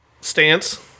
stance